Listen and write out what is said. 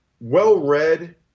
well-read